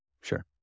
Sure